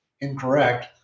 incorrect